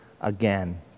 again